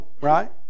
right